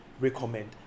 recommend